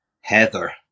heather